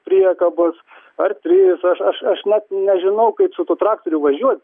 priekabos ar trėjos ar aš aš net nežinau kaip su tuo traktoriu važiuot